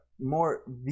more